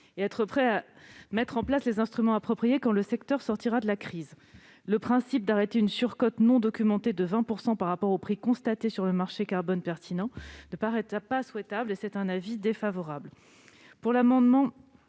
préparer à mettre en place les instruments appropriés quand le secteur sortira de la crise. Le principe d'arrêter une surcote non documentée de 20 % par rapport au prix constaté sur le marché carbone pertinent ne paraît pas souhaitable. Mon avis est donc défavorable.